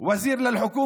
היה שר בממשלה,